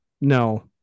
no